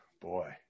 Boy